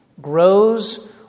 grows